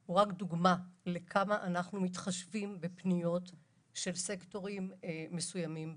הוא רק דוגמה עד כמה אנחנו מתחשבים של סקטורים מסוימים באוכלוסייה.